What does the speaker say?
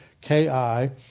K-I